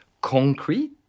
concrete